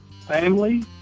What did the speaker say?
family